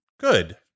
Good